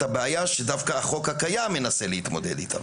הבעיה שדווקא החוק הקיים מנסה להתמודד איתה.